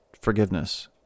forgiveness